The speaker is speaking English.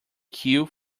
cue